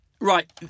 Right